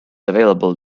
available